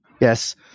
Yes